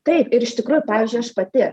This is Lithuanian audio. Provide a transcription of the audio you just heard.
taip ir iš tikrųjų pavyzdžiui aš pati